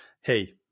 Hey